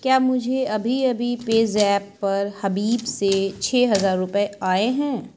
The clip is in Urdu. کیا مجھے ابھی ابھی پیزیپ پر حبیب سے چھ ہزار روپئے آئے ہیں